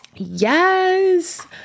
Yes